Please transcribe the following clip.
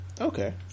Okay